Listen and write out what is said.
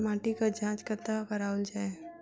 माटिक जाँच कतह कराओल जाए?